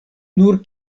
nur